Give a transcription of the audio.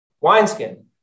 wineskin